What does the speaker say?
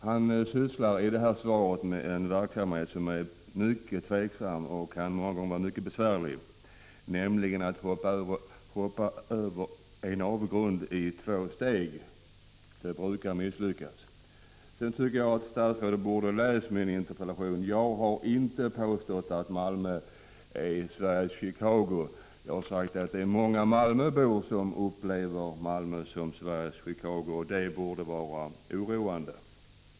Han sysslar i detta svar med en verksamhet som är tveksam och kan vara mycket besvärlig, nämligen att hoppa över en avgrund i två steg. Det brukar misslyckas. Sedan tycker jag att statsrådet borde ha läst min interpellation. Jag har inte påstått att Malmö är Sveriges Chicago. Jag har sagt att många malmöbor upplever Malmö som Sveriges Chicago och att det borde vara oroande.